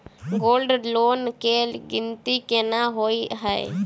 Gold loan केँ गिनती केना होइ हय?